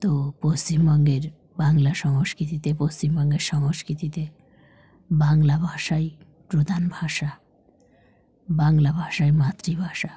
তো পশ্চিমবঙ্গের বাংলা সংস্কৃতিতে পশ্চিমবঙ্গের সংস্কৃতিতে বাংলা ভাষাই প্রধান ভাষা বাংলা ভাষাই মাতৃভাষা